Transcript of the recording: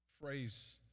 phrase